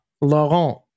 laurent